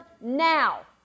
now